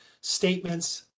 Statements